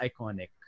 iconic